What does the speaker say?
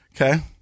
Okay